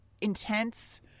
intense